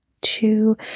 Two